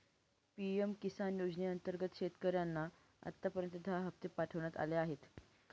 PM Kisan योजनेअंतर्गत शेतकऱ्यांना आतापर्यंत दहा हप्ते पाठवण्यात आले आहेत